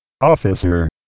officer